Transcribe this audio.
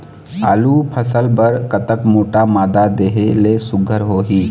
आलू फसल बर कतक मोटा मादा देहे ले सुघ्घर होही?